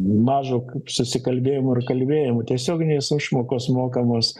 mažo kaip susikalbėjimo ir kalbėjimo tiesioginės išmokos mokamos